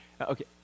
Okay